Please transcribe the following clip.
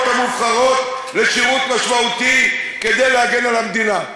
המובחרות לשירות משמעותי כדי להגן על המדינה,